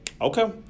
Okay